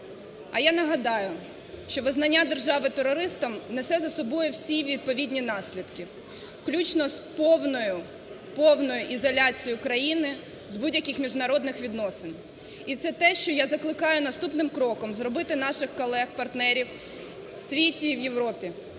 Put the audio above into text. А я нагадаю, що визнання держави терористом несе за собою всі відповідні наслідки, включно з повною-повною ізоляцією країни з будь-яких міжнародних відносин. І це те, що я закликаю наступним кроком зробити наших колег-партнерів в світі і в Європі: